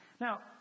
Now